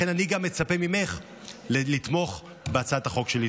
לכן אני גם מצפה ממך לתמוך בהצעת החוק שלי.